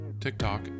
TikTok